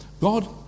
God